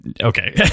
okay